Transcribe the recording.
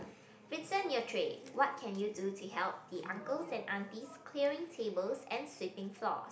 return your tray what can you do to help the uncles and aunties clearing tables and sweeping floors